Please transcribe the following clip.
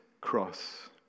cross